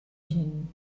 gent